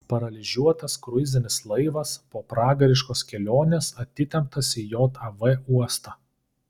paralyžiuotas kruizinis laivas po pragariškos kelionės atitemptas į jav uostą